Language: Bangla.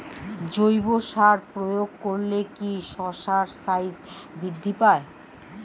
জৈব সার প্রয়োগ করলে কি শশার সাইজ বৃদ্ধি পায়?